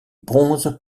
bronze